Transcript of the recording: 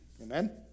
Amen